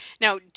Now